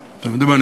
אתם יודעים מה,